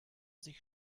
sich